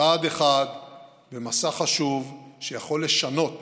צעד אחד במסע חשוב, שיכול לשנות